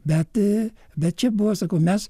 bet bet čia buvo sakau mes